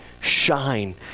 shine